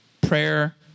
Prayer